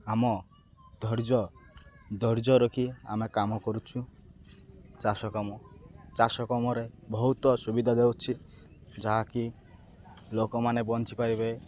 ଆମ ଧୈର୍ଯ୍ୟ ଧୈର୍ଯ୍ୟ ରଖି ଆମେ କାମ କରୁଛୁ ଚାଷ କାମ ଚାଷ କାମରେ ବହୁତ ସୁବିଧା ଦେଉଛି ଯାହାକି ଲୋକମାନେ ବଞ୍ଚିପାରିବେ